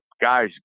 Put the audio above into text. guys